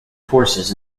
forces